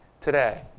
today